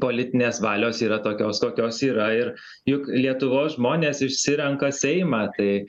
politinės valios yra tokios kokios yra ir juk lietuvos žmonės išsirenka seimą tai